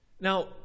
Now